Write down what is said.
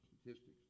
statistics